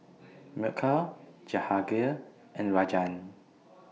Milkha Jahangir and Rajan